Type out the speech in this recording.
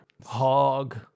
Hog